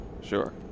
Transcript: Sure